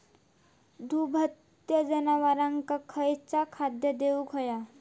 दुभत्या जनावरांका खयचा खाद्य देऊक व्हया?